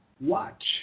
watch